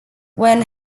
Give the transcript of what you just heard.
when